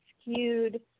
skewed